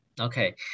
Okay